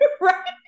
Right